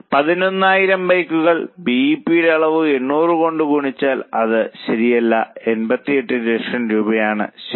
11000 ബൈക്കുകൾ B E P അളവ് 800 കൊണ്ട് ഗുണിച്ചാൽ അത് ശരിയല്ല 88 ലക്ഷം രൂപയാണ് ശരി